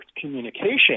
communication